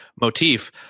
motif